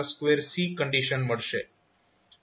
circuit overdamped થશે